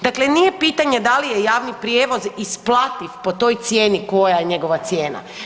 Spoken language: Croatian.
Dakle, nije pitanje da li je javni prijevoz isplativ po toj cijeni koja je njegova cijena.